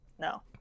no